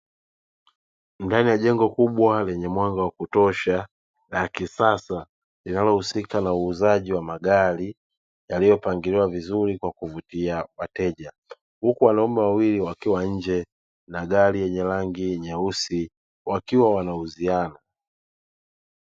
Ndani ya jengo kubwa lenye mwanga wa kutosha la kisasa linalohusika na uuzaji wa magari, yaliyopangiliwa vizuri kwa kuvutia wateja; huku wanaume wawili wakiwa nje na gari yenye rangi nyeusi, wakiwa wanauziana.